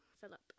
Philip